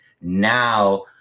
now